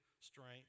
strength